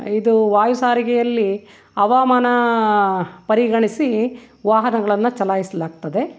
ಇದು ವಾಯು ಸಾರಿಗೆಯಲ್ಲಿ ಹವಾಮಾನ ಪರಿಗಣಿಸಿ ವಾಹನಗಳನ್ನು ಚಲಾಯಿಸಲಾಗ್ತದೆ